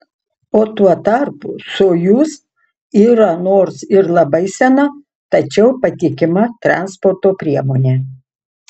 o tuo tarpu sojuz yra nors ir labai sena tačiau patikima transporto priemonė